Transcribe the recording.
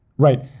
Right